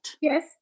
Yes